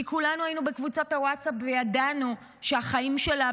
כי כולנו היינו בקבוצת הווטסאפ וידענו שהחיים שלה